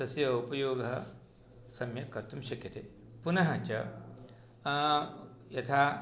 तस्य उपयोगः सम्यक् कर्तुं शक्यते पुनः च यथा